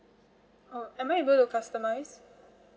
oh am I able to customise